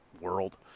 world